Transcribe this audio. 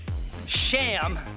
sham